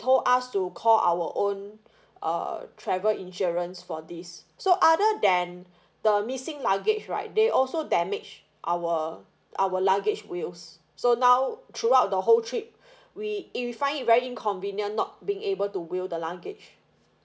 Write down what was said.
told us to call our own uh travel insurance for this so other than the missing luggage right they also damage our our luggage wheels so now throughout the whole trip we in find it very inconvenient not being able to wheel the luggage